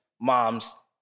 moms